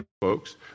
Folks